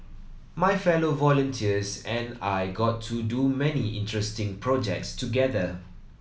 my fellow volunteers and I got to do many interesting projects together